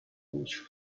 which